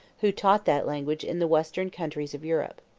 who taught that language in the western countries of europe.